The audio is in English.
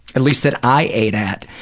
at least that i ate at,